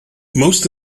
most